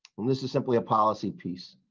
this is simply a policy piece.